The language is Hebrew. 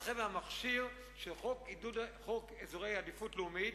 אבל חבר'ה, המכשיר של חוק אזורי עדיפות לאומית